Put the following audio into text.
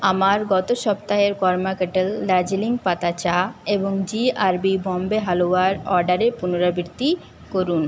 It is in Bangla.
আমার গত সপ্তাহের কর্মা কেটল্ দার্জিলিং পাতা চা এবং জিআরবি বম্বে হালুয়ার অর্ডারের পুনরাবৃত্তি করুন